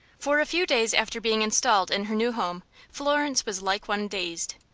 for a few days after being installed in her new home florence was like one dazed.